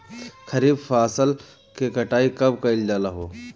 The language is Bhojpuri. खरिफ फासल के कटाई कब कइल जाला हो?